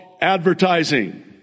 advertising